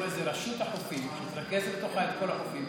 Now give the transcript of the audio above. איזו רשות חופים שתרכז בתוכה את כל החופים,